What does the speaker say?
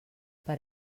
per